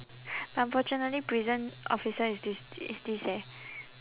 unfortunately prison officer is this is this eh